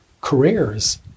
careers